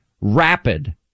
rapid